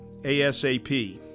ASAP